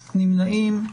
נמנעים?